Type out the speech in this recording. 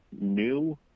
new